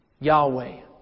Yahweh